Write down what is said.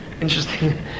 interesting